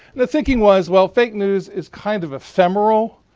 the thinking was, well, fake news is kind of ephemeral.